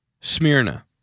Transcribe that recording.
Smyrna